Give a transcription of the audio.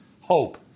hope